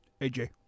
AJ